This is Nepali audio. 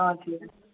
हजुर